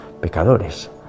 pecadores